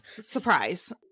surprise